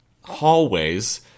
hallways